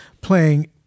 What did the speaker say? playing